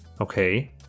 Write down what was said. Okay